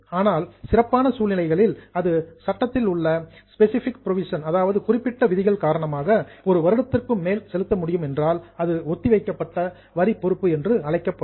ஆனால் special circumstances சிறப்பான சூழ்நிலைகளில் அல்லது சட்டத்தில் உள்ள சில ஸ்பெசிஃபைக் புரோவிஷன் குறிப்பிட்ட விதிகள் காரணமாக ஒரு வருடத்திற்கும் மேல் செலுத்த முடியும் என்றால் அது ஒத்திவைக்கப்பட்ட வரி பொறுப்பு என்று அழைக்கப்படும்